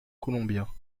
colombien